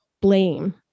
blame